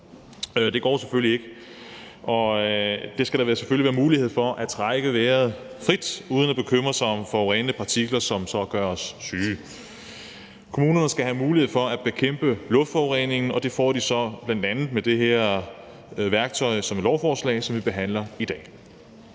Det går selvfølgelig ikke. Der skal selvfølgelig være mulighed for at trække vejret frit uden at bekymre sig om forurenende partikler, som gør os syge. Kommunerne skal have mulighed for at bekæmpe luftforureningen, og det får de så bl.a. med det her værktøj i det lovforslag, som vi behandler i dag.